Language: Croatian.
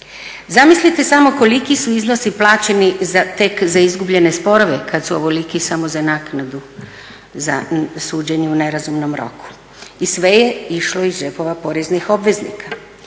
Zamislite samo koliki su iznosi plaćeni tek za izgubljene sporove kad su ovoliki samo za naknadu za suđenje u nerazumnom roku i sve je išlo iz džepova poreznih obveznika.